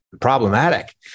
problematic